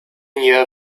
year